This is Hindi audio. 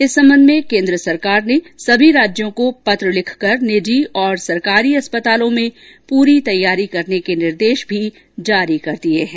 इस संबंध में केन्द्र सरकार ने सभी राज्यों को पत्र लिखकर निजी और सरकारी अस्पतालों में पूरी तैयारी करने के निर्देश भी जारी कर दिए हैं